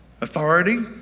authority